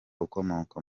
ukomoka